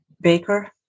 Baker